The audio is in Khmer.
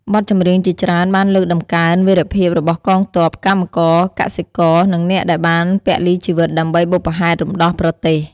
បទចម្រៀងជាច្រើនបានលើកតម្កើងវីរភាពរបស់កងទ័ព កម្មករ កសិករ និងអ្នកដែលបានពលីជីវិតដើម្បីបុព្វហេតុរំដោះប្រទេស។